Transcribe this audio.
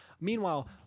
Meanwhile